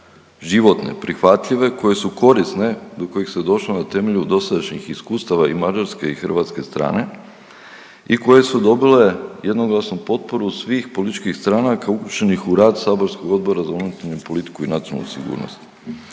životne, prihvatljive, koje su korisne do kojih se došlo na temelju dosadašnjih iskustava i Mađarske i Hrvatske strane i koje su dobile jednoglasnu potporu svih političkih stranka uključenih u rad saborskog Odbora za unutarnju politiku i nacionalnu sigurnost.